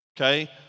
okay